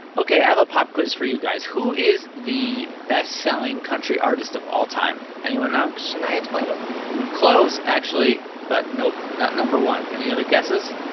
ok, i have a pop quiz for you guys. who is the best-selling country artist of all time? anyone know? shania twain close, actually, but nope not no. one. any other guesses?